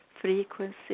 frequency